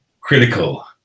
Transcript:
critical